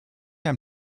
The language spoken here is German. ein